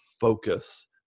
focus